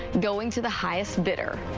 going to the highest bidder.